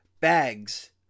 bags